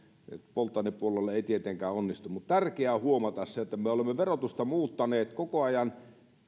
polttoainepuolelle ei tietenkään onnistu mutta tärkeää on huomata se että me olemme verotusta muuttaneet koko ajan